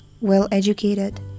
well-educated